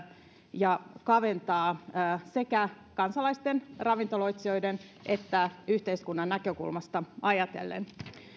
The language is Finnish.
ja kaventaa sekä kansalaisten ja ravintoloitsijoiden että yhteiskunnan näkökulmasta ajatellen